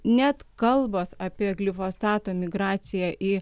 net kalbos apie glifosato migraciją į